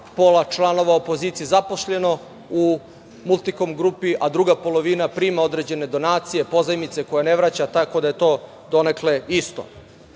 pola članova opozicije zaposleno u „Multikom grupi“, a druga polovina prima određene donacije, pozajmice koje ne vraća, tako da je to donekle